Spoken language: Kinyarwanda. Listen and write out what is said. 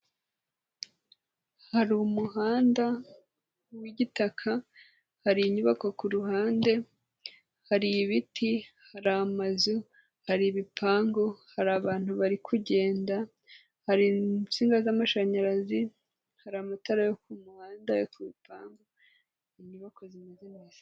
Hari muhanda w'igitaka, hari inyubako ku ruhande, hari ibiti, hari amazu, hari ibipangu, hari abantu bari kugenda, hari insinga z'amashanyarazi, hari amatara yo ku muhanda, ayo ku bipangu, inyubako zimeze neza.